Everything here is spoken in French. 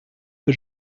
que